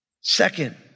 Second